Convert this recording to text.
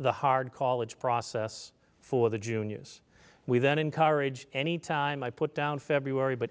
the hard college process for the juniors we then encourage any time i put down february but